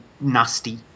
nasty